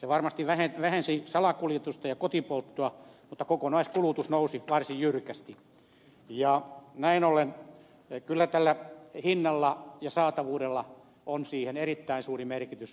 se varmasti vähensi salakuljetusta ja kotipolttoa mutta kokonaiskulutus nousi varsin jyrkästi ja näin ollen kyllä tällä hinnalla ja saatavuudella on siihen erittäin suuri merkitys